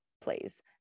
please